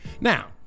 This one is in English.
Now